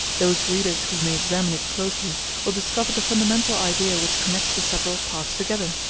those readers who may examine it closely will discover the fundamental idea which connects the several parts together.